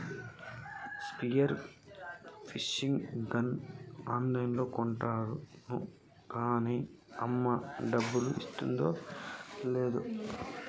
spear fishing gun on లైన్లో కొంటాను కాన్నీ అమ్మ డబ్బులిస్తాదో లేదో